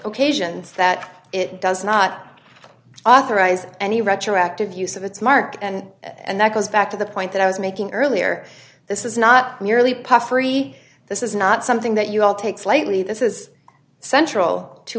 occasions that it does not authorize any retroactive use of its mark and and that goes back to the point that i was making earlier this is not merely puffery this is not something that you all take slightly this is central to